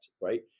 Right